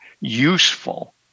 useful